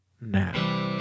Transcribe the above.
now